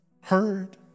heard